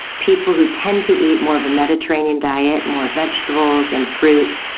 people who tend to eat more of a mediterranean diet, more vegetables and fruit,